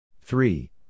three